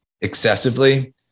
excessively